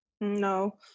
No